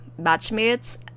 batchmates